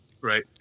right